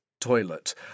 toilet